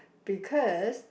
because